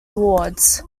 awards